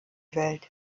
welt